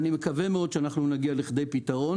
אני מקווה מאוד שנגיע לפתרון.